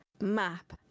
map